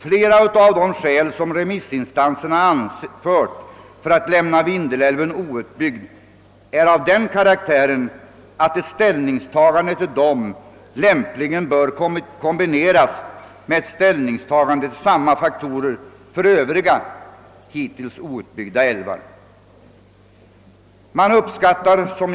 Flera av de skäl som remissinstanserna anfört för att lämna Vindelälven outbyggd är av den karaktären att ett ställningstagande till dem lämpligen bör kombineras med ett ställningstagande till samma faktorer när det gäller övriga hittills outbyggda älvar.